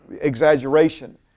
exaggeration